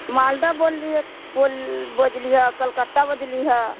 मालदह बोलियै बजलीहऽ कलकत्ता बजलीहऽ